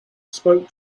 spoke